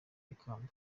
ikamba